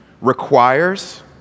requires